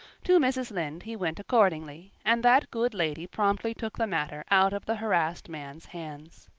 to mrs. lynde he went accordingly, and that good lady promptly took the matter out of the harassed man's hands.